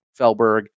felberg